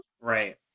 Right